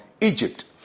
Egypt